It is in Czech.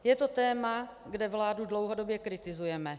Je to téma, kde vládu dlouhodobě kritizujeme.